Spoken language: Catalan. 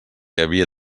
havia